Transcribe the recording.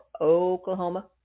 Oklahoma